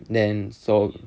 then so